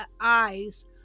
eyes